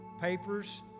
papers